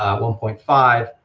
one point five,